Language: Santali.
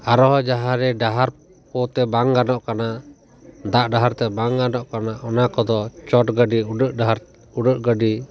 ᱟᱨᱦᱚᱸ ᱡᱟᱦᱟᱸ ᱨᱮ ᱰᱟᱦᱟᱨ ᱠᱚᱛᱮ ᱵᱟᱝ ᱜᱟᱱᱚᱜ ᱠᱟᱱᱟ ᱫᱟᱜ ᱰᱟᱦᱟᱨ ᱛᱮ ᱵᱟᱝ ᱜᱟᱱᱚᱜ ᱠᱟᱱᱟ ᱚᱱᱟ ᱠᱚᱫᱚ ᱪᱚᱴ ᱜᱟᱹᱰᱤ ᱩᱰᱟᱹᱜ ᱰᱟᱦᱟᱨ ᱩᱰᱟᱹᱜ ᱜᱟᱹᱰᱤ